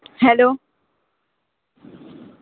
hello